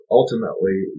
ultimately